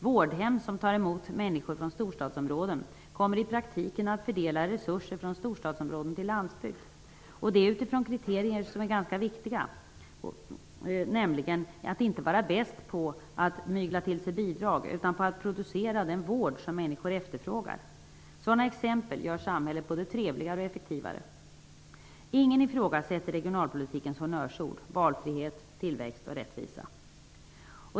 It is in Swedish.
Vårdhem som tar emot människor från storstadsområden kommer i praktiken att fördela resurser från storstadsområden till landsbygd, och det utifrån kriterier som är ganska viktiga, nämligen att inte vara bäst på att mygla till sig bidrag utan att vara bäst på att producera den vård som människor efterfrågar. Sådana exempel gör samhället både trevligare och effektivare. Ingen ifrågasätter regionalpolitikens honnörsord valfrihet, tillväxt och rättvisa.